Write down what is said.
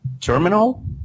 terminal